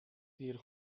دیر